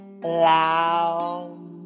loud